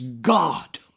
God